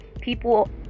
people